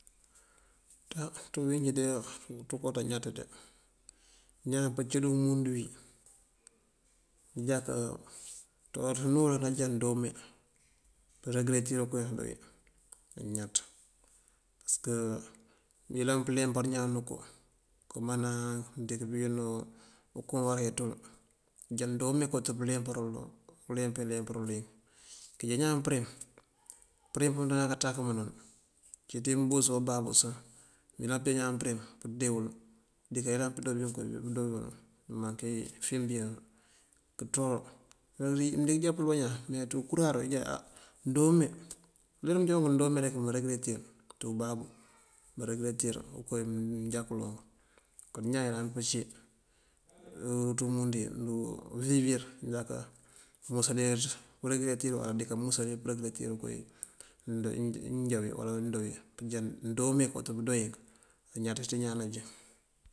Ţaŋ ţí uwín njí de ţëko ţaŋ ñaţ de. Ñaan pëcí dí umundu wí nejáka ţuwaraţ unú anajá ndoon mee përëgëretir koowí mëndoo wí añaţ. Pasëk mënyëlan pëleempar ñaan koo këmana mëndíŋ wín uko unwará wí ţul nëjá ndoon mee kawëţ pëleemparul wul uleemp wí leemparul wink. Këjá ñaan përim, përim pëmënţandana puŋ kaţakëm nul. Cí dí mboos bababú sá mëyëlan pëjá përim pëndee wul dika yëlan pëdoolu koo bí mëndoolul bunk nëmaŋ kayá fiŋ been nul. Këţuwa mëndíŋ já pul bañaan me ţí ukuraru këjá á ndoon mee uleru wí mënjá wuŋ ndoon mee rek mërëgëretir ţí ubabu mërëgëretir koowí mënjá kul wuŋ. Ñaan yëlanţ pëcí ţí umundu wí nuwiwir nëjáka musalirëţ përëgëretir waŋ dika musalir përëgëretir wí nadoo wí mënjá wí wala wí mëndoo wí këjá ndoon mee kawët pëdoo yink añaţ ţí ñaan najín.